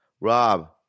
Rob